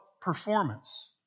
performance